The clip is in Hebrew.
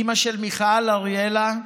אימא של מיכל, אריאלה,